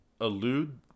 elude